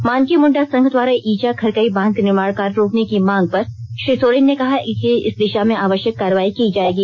मानकी मुंडा संघ द्वारा ईचा खरकई बांध का निर्माण कार्य रोकने की मांग पर श्री सोरेन ने कहा कि इस दिशा में आवश्यक कार्रवाई की जाएगी